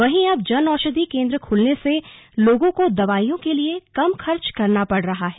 वहीं अब जन औषधि केंद्र खुलने से लोगों को दवाइयों के लिए कम खर्च करना पड़ रहा है